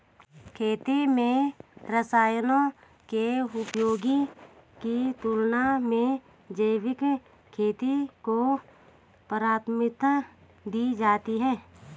खेती में रसायनों के उपयोग की तुलना में जैविक खेती को प्राथमिकता दी जाती है